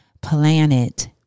planet